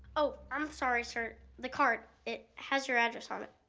oh, i'm sorry, sir, the card, it has your address on it.